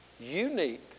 unique